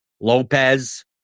Lopez